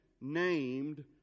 named